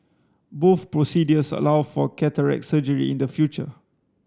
both procedures allow for cataract surgery in the future